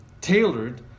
tailored